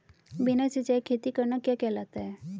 बिना सिंचाई खेती करना क्या कहलाता है?